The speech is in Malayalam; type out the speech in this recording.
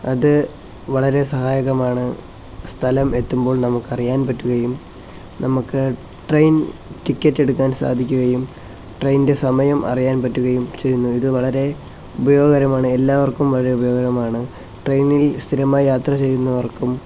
അത് വളരെ സഹായകമാണ് സ്ഥലം എത്തുമ്പോൾ നമുക്കറിയാൻ പറ്റുകയും നമുക്ക് ട്രെയ്ൻ ടിക്കറ്റെടുക്കാൻ സാധിക്കുകയും ട്രെയിനിന്റെ സമയം അറിയാൻ പറ്റുകയും ചെയ്യുന്നു ഇത് വളരെ ഉപയോഗകരമാണ് എല്ലാവർക്കും വളരെ ഉപയോഗകരമാണ് ട്രെയിനിൽ സ്ഥിരമായി യാത്ര ചെയ്യുന്നവർക്കും